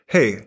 Hey